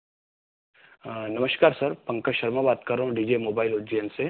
नमस्कार सर पंकज शर्मा बात कर रहा हूँ डी जे मोबाइल उज्जैन से